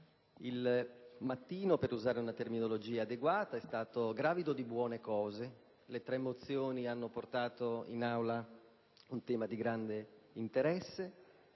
gravido - per usare una terminologia adeguata - di buone cose. Le tre mozioni hanno portato in Aula un tema di grande interesse,